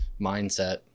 mindset